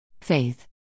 Faith